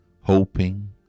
hoping